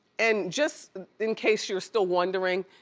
and just in case you're still wondering,